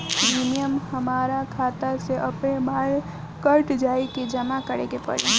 Premium हमरा खाता से अपने माने कट जाई की जमा करे के पड़ी?